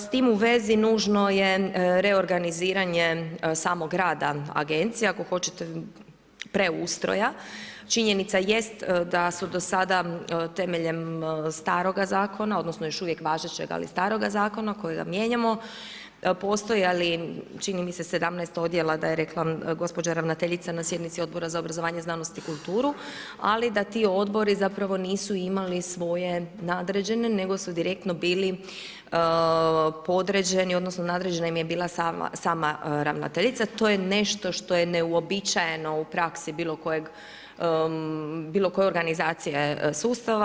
S tim u vezi nužno je reorganiziranje samog rada agencije, ako hoćete preustroja, činjenica jest da su do sada temeljem staroga zakona odnosno još uvijek važećeg ali staroga zakona kojega mijenjamo, postojali čini mi se 17 odjela da je rekla gospođa ravnateljica na sjednici Odbora za obrazovanje, znanost i kulturu ali da ti odbori zapravo nisu imali svoje nadređene nego su direktno bili podređeni odnosno nadređena im je bila sama ravnateljica, to je nešto što je neuobičajeno u praksi bilokoje organizacije sustava.